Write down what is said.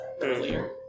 earlier